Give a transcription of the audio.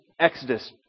Exodus